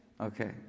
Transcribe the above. Okay